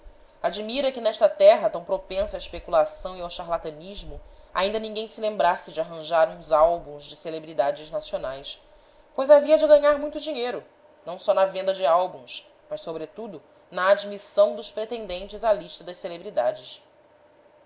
admira que nesta terra tão propensa à especulação e ao char la ta nismo ainda ninguém se lembrasse de arranjar uns álbuns de celebridades nacionais pois havia de ganhar muito dinheiro não só na venda de álbuns mas sobretudo na admissão dos pretendentes à lista das celebridades